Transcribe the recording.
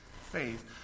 faith